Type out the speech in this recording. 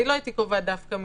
אני לא הייתי קובעת דווקא מכסות,